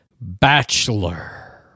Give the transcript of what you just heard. Bachelor